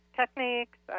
techniques